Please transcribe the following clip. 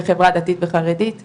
בחברה דתית וחרדית.